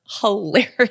hilarious